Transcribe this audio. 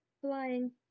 flying